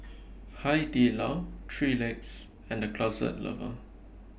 Hai Di Lao three Legs and The Closet Lover